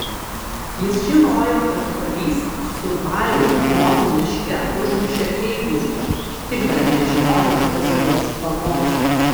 jis žinojo kad palys su valių jonu miške užmušė eigulį tik dar nežinojo kas juos pamokė